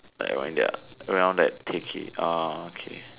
I went around that take it ah okay